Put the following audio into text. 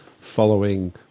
following